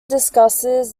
discusses